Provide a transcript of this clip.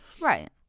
Right